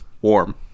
Warm